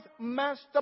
master